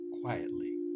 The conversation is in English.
quietly